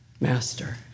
master